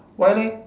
why leh